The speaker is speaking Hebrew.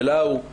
שלה הוא.